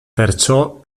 perciò